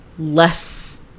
less